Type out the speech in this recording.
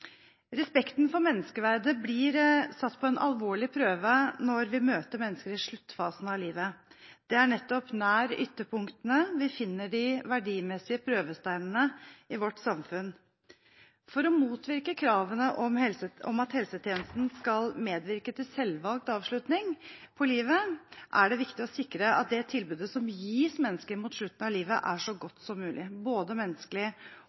Respekten for menneskeverdet blir satt på en alvorlig prøve når vi møter mennesker i sluttfasen av livet. Det er nettopp nær ytterpunktene vi finner de verdimessige prøvesteinene i vårt samfunn. For å motvirke kravene om at helsetjenesten skal medvirke til selvvalgt avslutning på livet, er det viktig å sikre at det tilbudet som gis mennesker mot slutten av livet, er så godt som mulig, både menneskelig